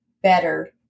better